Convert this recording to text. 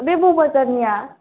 बे बौ बाजारनिया